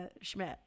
schmidt